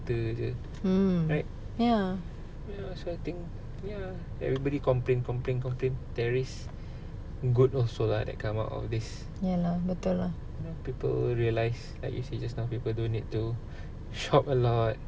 mm ya ya lah betul lah